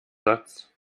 satz